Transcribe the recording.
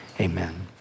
amen